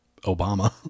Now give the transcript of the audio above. Obama